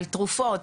על תרופות,